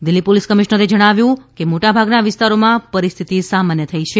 Delhi police કમિશનરે જણાવ્યું કે મોટાભાગના વિસ્તારોમાં પરિસ્થિતિ સમાન્ય થઇ છે